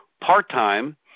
part-time